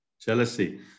Jealousy